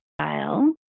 style